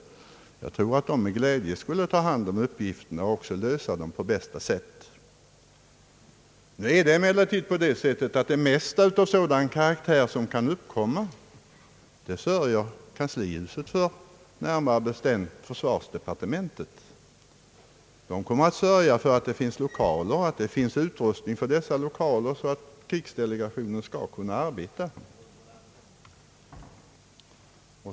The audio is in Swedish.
Jag tror att kontoret med glädje skulle ta hand om sådana uppgifter och även lösa dem på bästa sätt. Nu är det emellertid så att kanslihuset och närmarc bestämt försvarsdepartementet sörjer för de flesta uppgifter av sådan karaktär — man kommer att se till att det finns lokaler och sådan utrustning i dem att krigsdelegationen skall kunna arbeta.